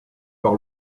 par